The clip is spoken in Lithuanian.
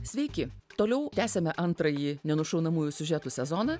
sveiki toliau tęsiame antrąjį nenušaunamųjų siužetų sezoną